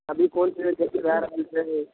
अभी कोन चीजके भए रहल छै